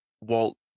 walt